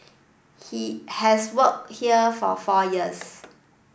he has worked here for four years